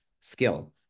skill